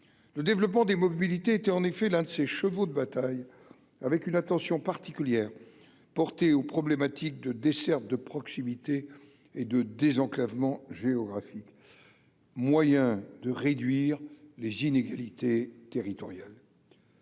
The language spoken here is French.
le développement des mobilités était en effet l'un de ses chevaux de bataille, avec une attention particulière portée aux problématiques de desserte de proximité et de désenclavement géographique moyen de réduire les inégalités territoriales